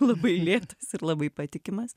labai lėtas ir labai patikimas